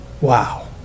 Wow